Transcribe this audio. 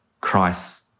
christ